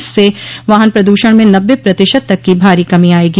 इससे वाहन प्रदूषण में नब्बे प्रतिशत तक की भारी कमी आयेगी